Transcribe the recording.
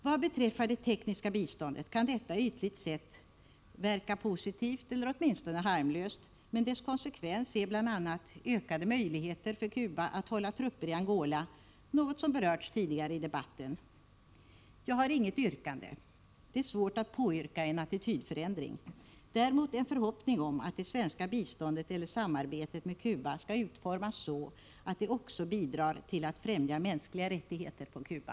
Vad beträffar det tekniska biståndet kan detta ytligt sett verka positivt eller åtminstone harmlöst, men dess konsekvens är bl.a. ökade möjligheter för Cuba att hålla trupper i Angola, något som berörts tidigare i debatten. Jag har inget yrkande — det är svårt att påyrka en attitydförändring. Däremot har jag en förhoppning om att det svenska biståndet eller samarbetet med Cuba skall utformas så, att det också bidrar till att främja mänskliga rättigheter på Cuba.